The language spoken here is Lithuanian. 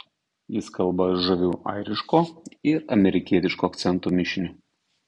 jis kalba žaviu airiško ir amerikietiško akcento mišiniu